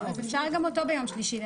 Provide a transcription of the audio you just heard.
אפשר לצרף גם אותו לדיון של יום שלישי.